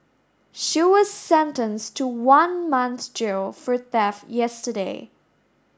she was sentenced to one month's jail for theft yesterday